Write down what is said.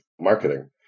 marketing